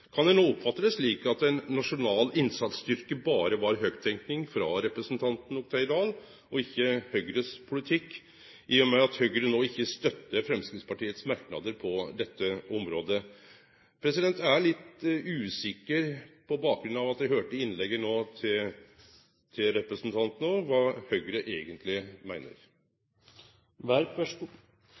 Kan eg no oppfatte det slik at ein nasjonal innsatsstyrke berre var høgttenking frå representanten Oktay Dahl og ikkje Høgres politikk, i og med at Høgre no ikkje støttar Framstegspartiets merknader på dette området? Eg er litt usikker – på bakgrunn av innlegget til representanten – på kva Høgre eigentleg